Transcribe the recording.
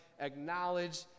acknowledge